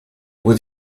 with